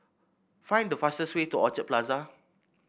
find the fastest way to Orchard Plaza